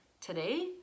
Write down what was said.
today